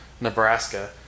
Nebraska